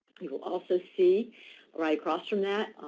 you will also see right across from that,